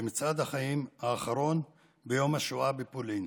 במצעד החיים האחרון ביום השואה בפולין.